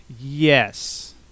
yes